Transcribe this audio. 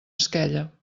esquella